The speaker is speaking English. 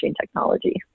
technology